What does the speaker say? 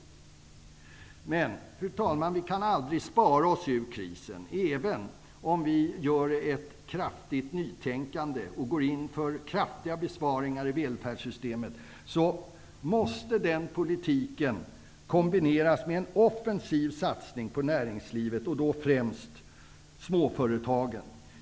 Fru talman! Vi kan aldrig spara oss ur krisen. Även om vi inför ett nytänkande och går in för kraftiga besparingar i välfärdssystemet måste den politiken kombineras med en offensiv satsning på näringslivet och då främst på småföretagen.